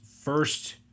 first